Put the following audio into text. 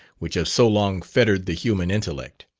which have so long fettered the human intellect.